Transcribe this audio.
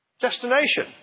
Destination